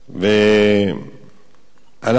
עדיין אין חתימה